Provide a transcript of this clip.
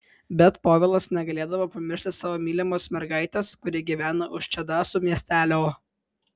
bet povilas negalėdavo pamiršti savo mylimos mergaitės kuri gyveno už čedasų miestelio